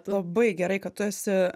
labai gerai kad tu esi